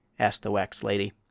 asked the wax lady.